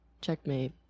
checkmate